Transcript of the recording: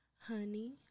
honey